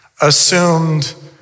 assumed